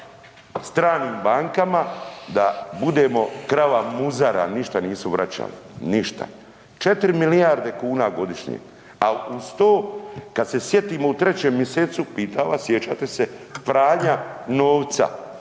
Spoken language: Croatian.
stranim bankama da budemo krava muzara, ništa nisu vraćali. Ništa. 4 milijarde kuna godišnje, a uz to kad se sjetimo u 3. mj., pitam vas, sjećate se, pranja novca,